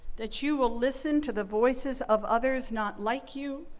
that you will listen to the voices of others not like you,